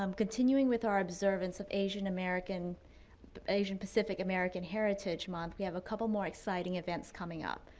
um continuing with our observance of asian-american, asian-pacific american heritage month we have a couple more exciting events coming up.